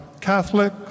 Catholic